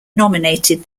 nominated